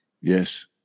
Yes